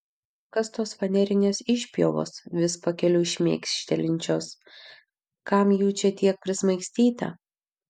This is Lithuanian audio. kas tos fanerinės išpjovos vis pakeliui šmėkštelinčios kam jų čia tiek prismaigstyta